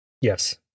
Yes